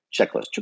checklist